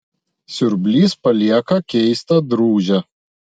siurblys palieka keistą drūžę